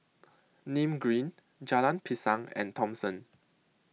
Nim Green Jalan Pisang and Thomson